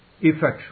effectual